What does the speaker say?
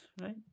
right